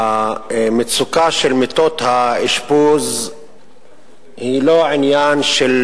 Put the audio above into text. המצוקה של מיטות האשפוז היא לא עניין של